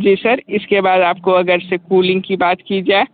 जी sir इसके बाद आपको अगर से कूलिंग की बात की जाए